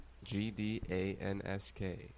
G-D-A-N-S-K